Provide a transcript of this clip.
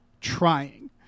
trying